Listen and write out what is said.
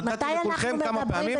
נתתי לכולכם כמה פעמים,